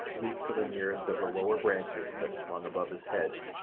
leaped for the nearest of the lower branches that swung above his head.